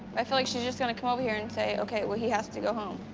i feel like she's just gonna come over here and say, okay, well, he has to go home.